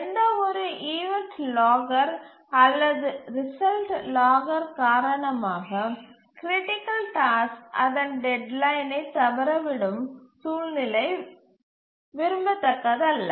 எந்தவொரு event logger அல்லது result logger காரணமாக கிரிட்டிக்கல் டாஸ்க் அதன் டெட்லைனை தவறவிடும் சூழ்நிலை விரும்பத்தக்கதல்ல